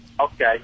Okay